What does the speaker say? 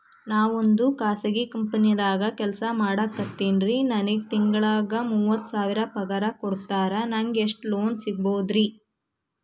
ನಾವೊಂದು ಖಾಸಗಿ ಕಂಪನಿದಾಗ ಕೆಲ್ಸ ಮಾಡ್ಲಿಕತ್ತಿನ್ರಿ, ನನಗೆ ತಿಂಗಳ ಮೂವತ್ತು ಸಾವಿರ ಪಗಾರ್ ಕೊಡ್ತಾರ, ನಂಗ್ ಎಷ್ಟು ಲೋನ್ ಸಿಗಬೋದ ರಿ?